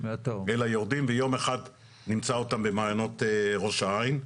אלא יורדים ויום אחד נמצא אותם במעיינות ראש העין,